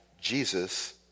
Jesus